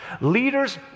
Leaders